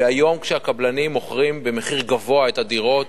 שהיום, כשהקבלנים מוכרים במחיר גבוה את הדירות,